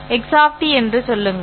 x என்று சொல்லுங்கள்